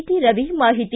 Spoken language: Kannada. ಟಿ ರವಿ ಮಾಹಿತಿ